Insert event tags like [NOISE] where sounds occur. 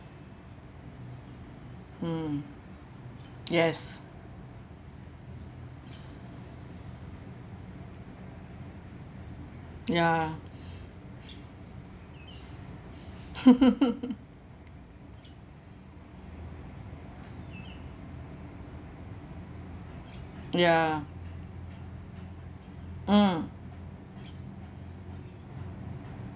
mm yes ya [LAUGHS] ya mm